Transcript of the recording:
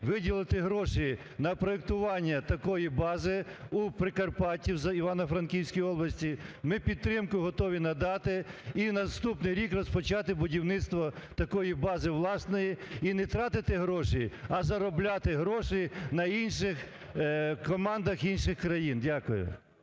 виділити гроші на проектування такої бази у Прикарпатті в Івано-Франківській області? Ми підтримку готові надати. І на наступний рік розпочати будівництво такої бази власної і не тратити гроші, а заробляти гроші на інших командах інших країн. Дякую.